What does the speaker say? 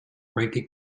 frankie